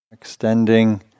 Extending